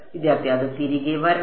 വിദ്യാർത്ഥി അത് തിരികെ വരണം